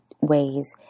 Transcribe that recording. ways